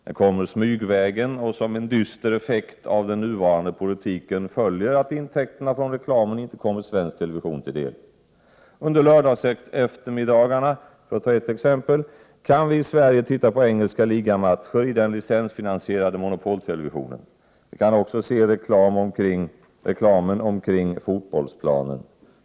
Den kommer smygvägen, och som en dyster effekt av den nuvarande politiken följer att intäkterna från reklamen inte kommer svensk television till del. Under lördagseftermiddagarna — för att ta ett exempel — kan vi i Sverige titta på engelska ligamatcher i den licensfinansierade monopoltelevisionen. Vi kan också se reklamen omkring fotbollsplanen.